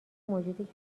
موجود